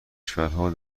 کشورهای